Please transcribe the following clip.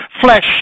flesh